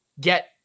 get